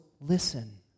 listen